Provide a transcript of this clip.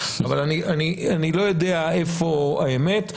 אבל אני לא יודע איפה האמת.